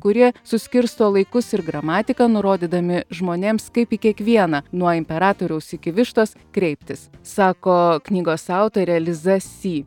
kurie suskirsto laikus ir gramatiką nurodydami žmonėms kaip į kiekvieną nuo imperatoriaus iki vištos kreiptis sako knygos autorė liza sy